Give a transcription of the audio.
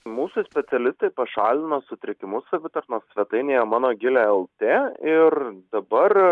mūsų specialistai pašalino sutrikimus savitarnos svetainėje mano gilė lt ir dabar